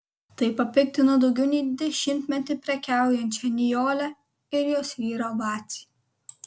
tai papiktino daugiau nei dešimtmetį prekiaujančią nijolę ir jos vyrą vacį